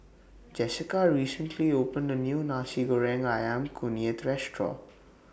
Jessica recently opened A New Nasi Goreng Ayam Kunyit Restaurant